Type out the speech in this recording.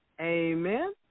Amen